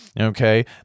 okay